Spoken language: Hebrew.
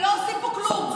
ולא עושים פה כלום.